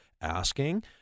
asking